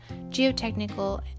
geotechnical